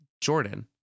Jordan